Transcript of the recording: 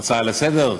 הצעה לסדר-היום,